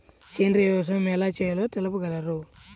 సేంద్రీయ వ్యవసాయం ఎలా చేయాలో తెలుపగలరు?